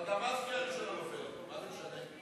אבל גם אז קריאה ראשונה נופלת, מה זה משנה?